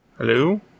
Hello